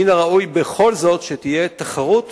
מן הראוי בכל זאת שתהיה תחרות